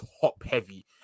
top-heavy